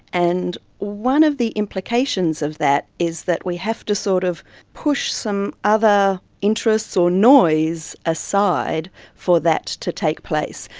and one of the implications of that is that we have to sort of push some other interests or noise aside for that to take place.